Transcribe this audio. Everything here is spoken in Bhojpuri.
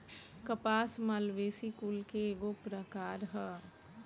कपास मालवेसी कुल के एगो प्रकार ह